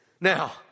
Now